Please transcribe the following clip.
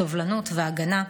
סובלנות והגנה.